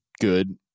good